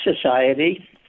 Society